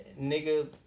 nigga